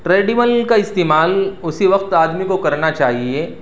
treadmill کا استعمال اسی وقت آدمی کو کرنا چاہیے